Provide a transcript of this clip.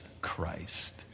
Christ